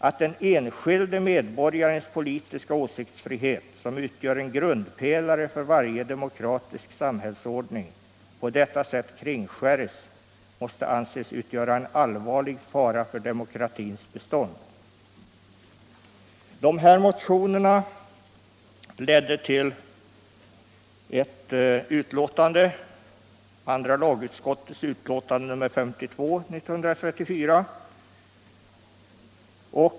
Att den enskilde medborgarens politiska åsiktsfrihet, som utgör en grundpelare för varje demokratisk samhällsordning, på detta sätt kringskäres, måste anses utgöra en allvarlig fara för demokratiens bestånd.” De här motionerna ledde till andra lagutskottets utlåtande nr 52 år 1934.